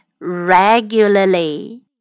regularly